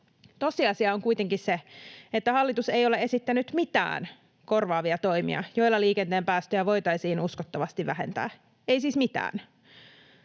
Tosiasia on kuitenkin se, että hallitus ei ole esittänyt mitään korvaavia toimia, joilla liikenteen päästöjä voitaisiin uskottavasti vähentää, ei siis mitään.